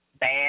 Bad